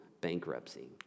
bankruptcy